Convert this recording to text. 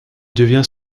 devient